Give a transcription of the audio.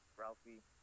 ralphie